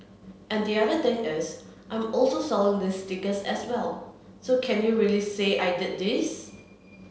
and the other thing is I'm also selling these stickers as well so can you really say I did these